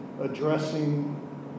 addressing